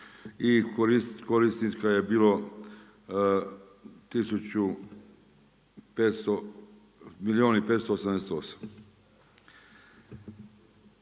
i korisnika je bilo milijun i 588.